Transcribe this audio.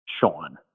Sean